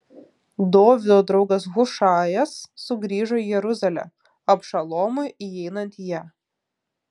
dovydo draugas hušajas sugrįžo į jeruzalę abšalomui įeinant į ją